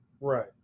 right